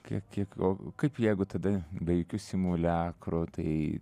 kiek kiek o kaip jeigu tada be jokių simuliakrų tai